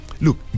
Look